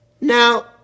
Now